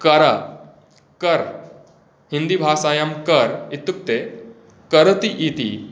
कर कर् हिन्दीभासायां कर् इत्युक्ते करोति इति